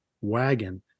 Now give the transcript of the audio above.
wagon